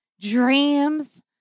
dreams